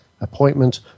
appointment